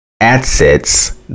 assets